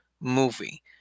movie